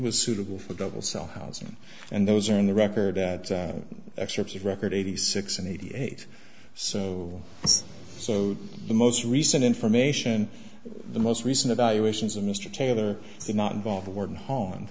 was suitable for double cell housing and those are in the record at excerpts of record eighty six and eighty eight so so the most recent information the most recent evaluations of mr taylor did not involve a warden home